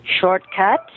shortcut